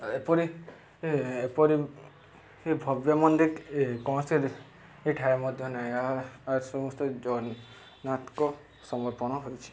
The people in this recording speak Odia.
ଏପରି ଏପରି ସେ ଭବ୍ୟ ମନ୍ଦିର କୌଣସି ଠାରେ ମଧ୍ୟ ନାହିଁ ଆଉ ସମସ୍ତ ଜଗନ୍ନାଥଙ୍କୁ ସମର୍ପଣ ହୋଇଛି